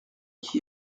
qui